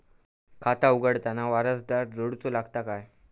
खाता उघडताना वारसदार जोडूचो लागता काय?